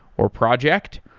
or project.